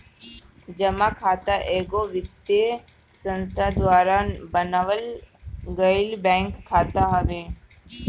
जमा खाता एगो वित्तीय संस्था द्वारा बनावल गईल बैंक खाता हवे